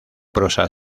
prosa